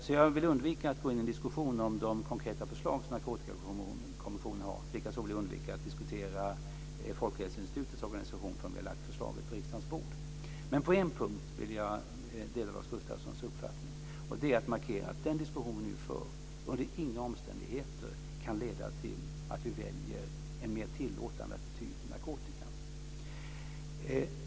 Jag vill därför undvika att gå in i en diskussion om de konkreta förslag som Narkotikakommissionen har. Likaså vill jag undvika att diskutera Folkhälsoinstitutets organisation förrän vi har lagt fram förslaget på riksdagens bord. Men på en punkt vill jag dela Lars Gustafssons uppfattning, och det är att markera att den diskussion som vi nu för under inga omständigheter kan leda till att vi väljer en mer tillåtande attityd till narkotikan.